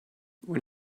when